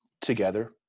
together